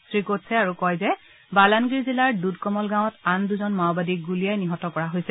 শ্ৰীকোটছে আৰু কয় যে বালানগীৰ জিলাৰ দুদকমল গাঁৱত আন দুজন মাওবাদীক গুলীয়াই নিহত কৰা হৈছে